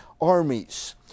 armies